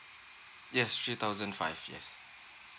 yes three thousand five yes